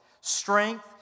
Strength